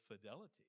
fidelity